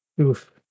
Oof